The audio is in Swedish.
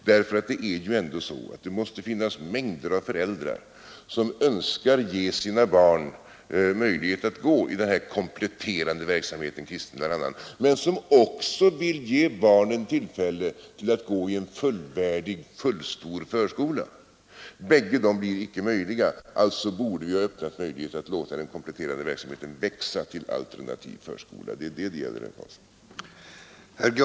Det måste ju ändå finnas många föräldrar som önskar ge sina barn möjligheter att gå i denna kompletterande — bl.a. kristna — verksamhet, men som också vill ge barnen tillfälle att gå i en fullvärdig, fullstor förskola. Båda dessa saker blir inte möjliga; alltså borde vi ha öppnat möjligheter att låta den kompletterande verksamheten växa till alternativ förskola. Det är det vi är ense om.